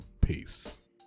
Peace